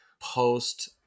post